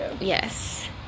Yes